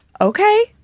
okay